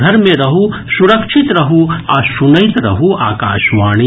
घर मे रहू सुरक्षित रहू आ सुनैत रहू आकाशवाणी